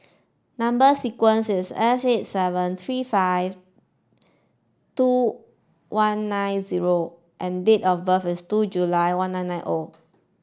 number sequence is S eight seven three five two one nine zero and date of birth is two July one nine nine O